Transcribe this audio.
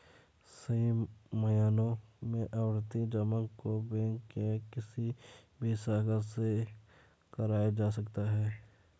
सही मायनों में आवर्ती जमा को बैंक के किसी भी शाखा से कराया जा सकता है